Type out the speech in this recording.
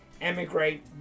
emigrate